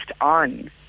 on